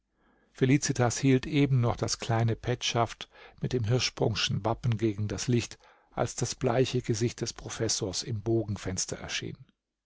felicitas hielt eben noch das kleine petschaft mit dem hirschsprungschen wappen gegen das licht als das bleiche gesicht des professors im bogenfenster erschien